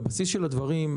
בבסיס של הדברים,